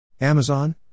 Amazon